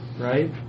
right